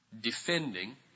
defending